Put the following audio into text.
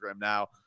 Now